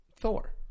Thor